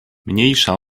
mniejsza